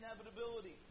inevitability